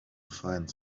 find